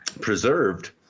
preserved